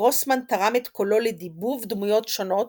גרוסמן תרם את קולו לדיבוב דמויות שונות